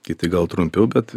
kiti gal trumpiau bet